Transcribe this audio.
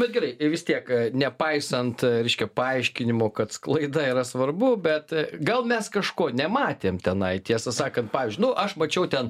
bet gerai vis tiek nepaisant reiškia paaiškinimo kad sklaida yra svarbu bet gal mes kažko nematėm tenai tiesą sakant pavyzdžiui nu aš mačiau ten